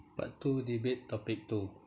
part two debate topic two